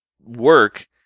work